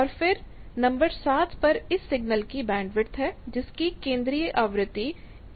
और फिर नंबर 7 पर इस सिग्नल की बैंडविथ है जिसकी केंद्रीय आवृत्ति 1 किलोहर्टज है